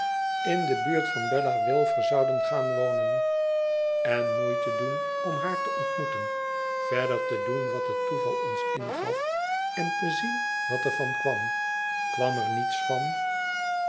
in de buurt van bella wilfer zouden gaan wonen en moeite doen om haar te ontmoeten verder te doen wat het toeval ons ingaf en te zien wat er van kwam kwam er niets van